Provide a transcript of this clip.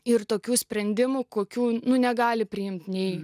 ir tokių sprendimų kokių nu negali priimt nei